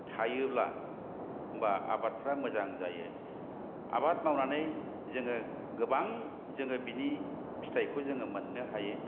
थायोब्ला होम्बा आबादफ्रा मोजां जायो आबाद मावनानै जोङो गोबां जों बिनि फिथाइखौ जों मोननो हायो